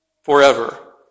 Forever